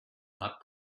not